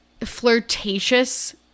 flirtatious